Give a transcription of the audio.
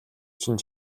чинь